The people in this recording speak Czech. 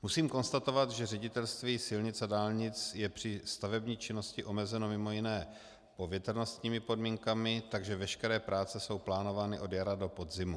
Musím konstatovat, že Ředitelství silnic a dálnic je při stavební činnosti omezeno mimo jiné povětrnostními podmínkami, takže veškeré práce jsou plánovány od jara do podzimu.